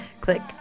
click